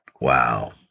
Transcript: wow